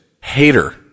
hater